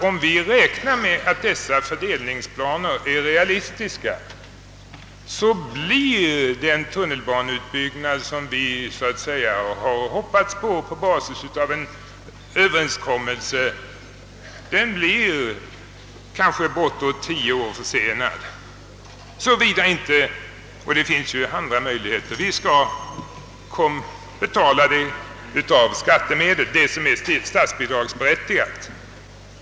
Om vi räknar med att dessa fördelningsplaner är realistiska, så blir den tunnelbaneutbyggnad, som vi på basis av en överenskommelse hoppades på, kanske bortåt tio år försenad. En annan möjlighet är att vi med skattemedel skall betala vad som är statsbidragsberättigat.